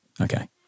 Okay